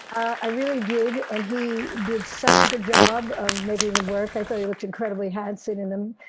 i really did, and he did such a good job of making them work. i thought he looked incredibly handsome in them.